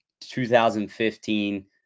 2015